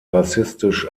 rassistisch